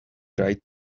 right